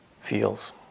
feels